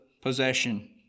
possession